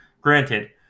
Granted